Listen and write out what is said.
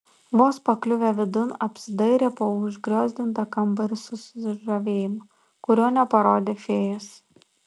vos pakliuvę vidun apsidairė po užgriozdintą kambarį su susižavėjimu kurio neparodė fėjos